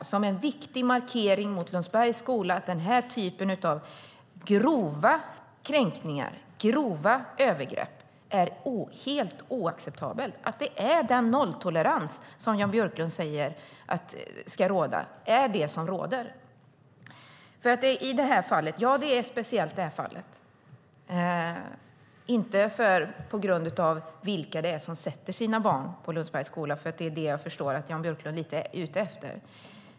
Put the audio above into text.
Det är en viktig markering mot Lundsbergs skola, att den här typen av grova kränkningar och grova övergrepp är helt oacceptabla och att den nolltolerans som Jan Björklund talar om ska råda. Det här fallet är speciellt, och det handlar inte om vilka det är som sätter sina barn på Lundsbergs skola - jag förstår att det är det som Jan Björklund är ute efter.